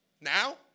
now